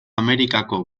amerikako